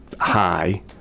high